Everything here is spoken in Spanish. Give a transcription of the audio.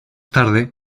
tarde